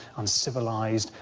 uncivilised,